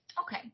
Okay